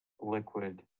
liquid